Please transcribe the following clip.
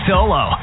Solo